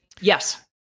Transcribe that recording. Yes